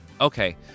Okay